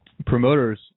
Promoters